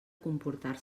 comportar